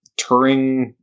Turing